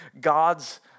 God's